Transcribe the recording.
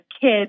kids